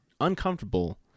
uncomfortable